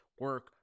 Work